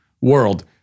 world